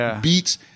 beats